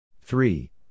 Three